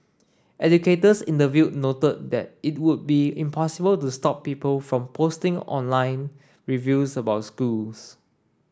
educators interviewed noted that it would be impossible to stop people from posting online reviews about schools